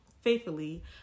faithfully